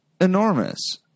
enormous